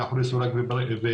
מאחורי סורג ובריח.